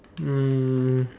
um